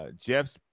Jeff's